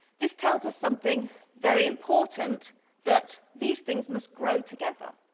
this tells us something very important that these things must grow together.